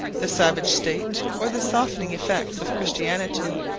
the savage state, or the softening effects of christianity,